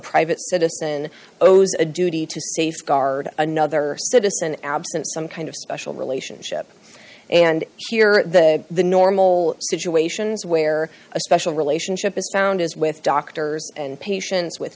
private citizen owes a duty to safeguard another citizen absent some kind of special relationship and here d the normal situations where a special relationship is found is with doctors and patients with